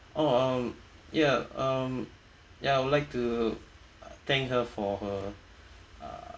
orh um ya um ya I would like to thank her for her uh